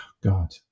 God